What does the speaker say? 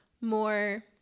more